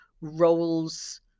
roles